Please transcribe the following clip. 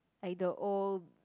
like the old